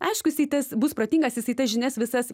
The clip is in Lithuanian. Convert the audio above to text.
aišku jisai tas bus protingas jisai tas žinias visas